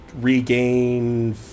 regain